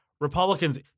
Republicans